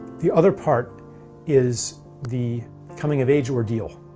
the other part is the coming of age ordeal,